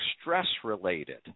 stress-related